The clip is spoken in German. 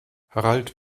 harald